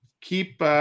keep –